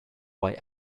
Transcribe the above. why